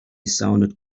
sounded